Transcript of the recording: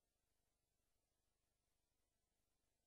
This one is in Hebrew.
מלחמה קיבלנו, תדבר על עובדות.